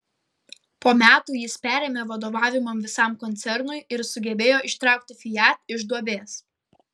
po metų jis perėmė vadovavimą visam koncernui ir sugebėjo ištraukti fiat iš duobės